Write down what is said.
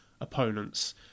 opponents